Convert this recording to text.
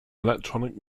electronic